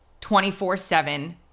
24-7